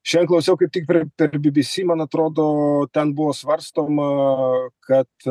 šiandien klausiau kaip tik per per bbc man atrodo ten buvo svarstoma kad